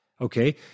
okay